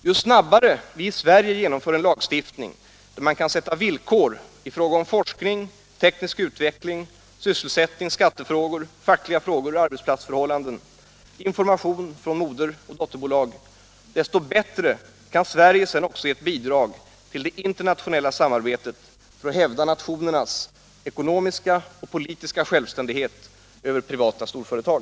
Ju snabbare vi i Sverige genomför en lagstiftning där man kan sätta villkor i fråga om forskning, teknisk utveckling, sysselsättning, skattefrågor, fackliga frågor och arbetsplatsförhållanden, information från moderoch dotterbolag, desto bättre kan Sverige sedan också ge bidrag till det internationella samarbetet för att hävda nationernas ekonomiska och politiska självständighet över privata storföretag.